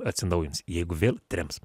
atsinaujins jeigu vėl trems